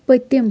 پٔتِم